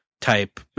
type